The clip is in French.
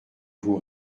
vous